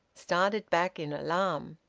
started back in alarm.